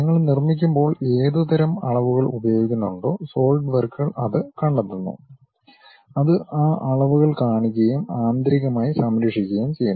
നിങ്ങൾ നിർമ്മിക്കുമ്പോൾ ഏത് തരം അളവുകൾ ഉപയോഗിക്കുന്നുണ്ടോ സോളിഡ് വർക്കുകൾ അത് കണ്ടെത്തുന്നു അത് ആ അളവുകൾ കാണിക്കുകയും ആന്തരികമായി സംരക്ഷിക്കുകയും ചെയ്യുന്നു